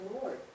Lord